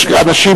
יש אנשים,